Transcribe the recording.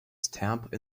stamp